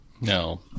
No